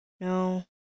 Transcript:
No